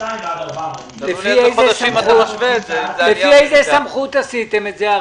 עד 200 ועד 400. לפי איזו סמכות עשיתם את זה?